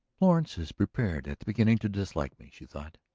florence is prepared at the beginning to dislike me, she thought.